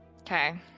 Okay